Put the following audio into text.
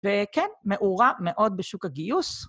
וכן, מאורה מאוד בשוק הגיוס.